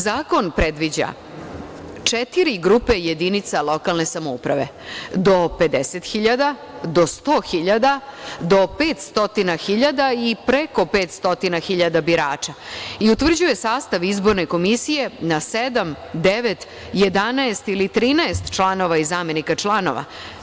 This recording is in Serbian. Zakon predviđa četiri grupe jedinica lokalne samouprave, do 50 hiljada, do 100 hiljada, do 500 hiljada i preko 500 hiljada birača i utvrđuje sastav izborne komisije na sedam, devet, 11 ili 13 članova i zamenika članova.